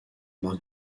marc